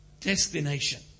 destination